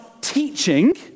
teaching